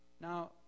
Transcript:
Now